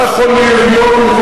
היה יכול להיות מובן.